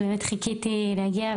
באמת חיכיתי להגיע,